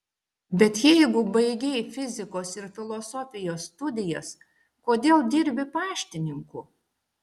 bet jeigu baigei fizikos ir filosofijos studijas kodėl dirbi paštininku